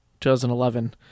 2011